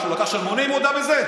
שהוא לקח שלמונים, הוא הודה בזה?